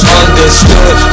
understood